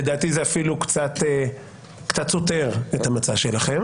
לדעתי זה אפילו קצת סותר את המצע שלכם